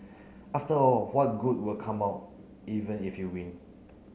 after all what good will come out even if you win